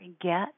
get